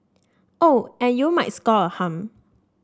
oh and you might score a hum